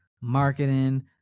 marketing